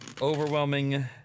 overwhelming